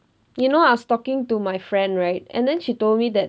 you know I was talking to my friend right and then she told me that